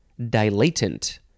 dilatant